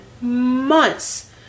months